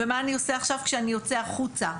ומה אני עושה עכשיו כשאני יוצא החוצה.